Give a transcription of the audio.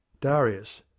Darius